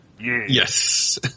Yes